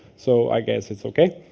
so i guess it's ok.